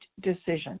decision